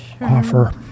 offer